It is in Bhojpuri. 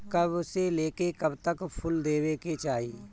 कब से लेके कब तक फुल देवे के चाही?